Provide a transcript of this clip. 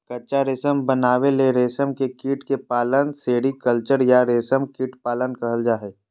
कच्चा रेशम बनावे ले रेशम के कीट के पालन सेरीकल्चर या रेशम कीट पालन कहल जा हई